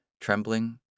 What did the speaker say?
Trembling